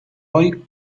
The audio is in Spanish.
hoy